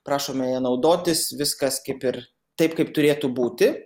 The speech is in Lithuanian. prašome ja naudotis viskas kaip ir taip kaip turėtų būti